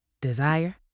desire